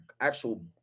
actual